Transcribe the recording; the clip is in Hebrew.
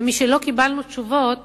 ומשלא קיבלנו תשובות